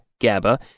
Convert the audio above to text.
GABA